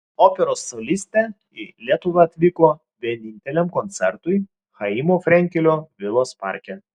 operos solistė į lietuvą atvyko vieninteliam koncertui chaimo frenkelio vilos parke